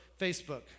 Facebook